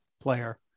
player